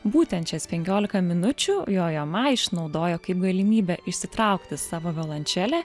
būtent šias penkiolika minučių jojo ma išnaudojo kaip galimybę išsitraukti savo violončelę